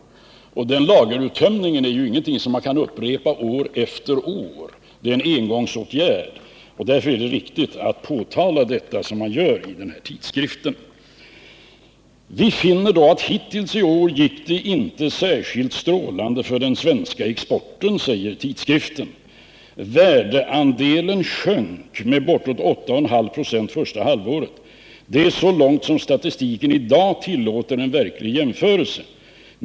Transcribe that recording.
Den lageruttömningen är ingenting man kan upprepa år efter år. Det är en engångsåtgärd. Därför är det viktigt att påtala detta, vilket man gör i den här tidskriften. ”Vi finner då att hittills i år gick det inte särskilt strålande för den svenska exporten”, säger tidskriften. ”Värdeandelen sjönk med bortåt 8,5 26 första halvåret. Det är så långt som statistiken i dag tillåter en verklig jämförelse.